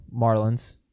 Marlins